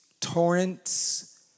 torrents